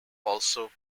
also